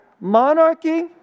monarchy